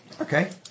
Okay